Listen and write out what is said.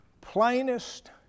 plainest